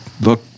look